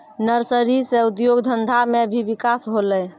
nursery से उद्योग धंधा मे भी बिकास होलै